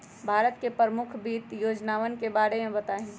भारत के प्रमुख वित्त योजनावन के बारे में बताहीं